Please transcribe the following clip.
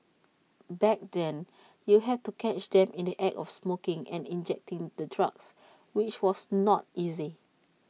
back then you had to catch them in the act of smoking and injecting the drugs which was not easy